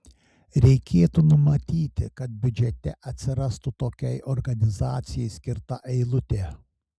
reikėtų numatyti kad biudžete atsirastų tokiai organizacijai skirta eilutė